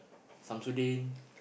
Shamsuddin